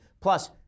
plus